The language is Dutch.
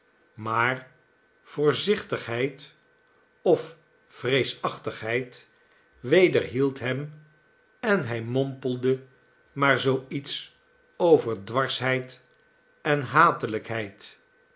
maar voorzichtigheid of vreesachtigheid wederhield hem en hij mompelde maar zoo iets over dwarsheid en